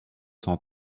cent